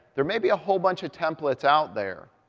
there may be a whole bunch of templates out there,